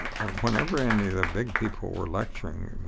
and whenever any of the big people were lecturing,